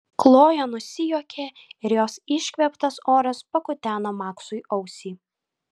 kloja nusijuokė ir jos iškvėptas oras pakuteno maksui ausį